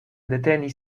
deteni